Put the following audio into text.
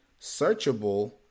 searchable